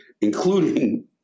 including